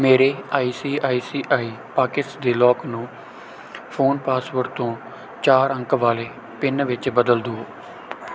ਮੇਰੇ I C I C I pockets ਦੇ lock ਨੂੰ ਫ਼ੋਨ ਪਾਸਵਰਡ ਤੋਂ ਚਾਰ ਅੰਕ ਵਾਲੇ ਪਿੰਨ ਵਿੱਚ ਬਦਲ ਦਿਉ